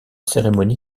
cérémonie